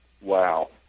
Wow